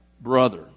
brother